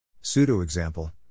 Pseudo-example